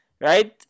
right